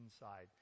inside